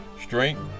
strength